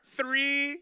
three